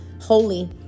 holy